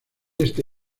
este